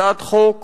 הצעת חוק